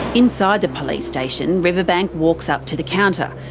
inside the police station, riverbank walks up to the counter.